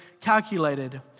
calculated